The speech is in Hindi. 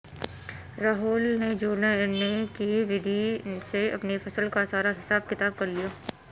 राहुल ने जोड़ने की विधि से अपनी फसल का सारा हिसाब किताब कर लिया